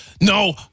No